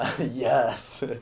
Yes